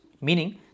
meaning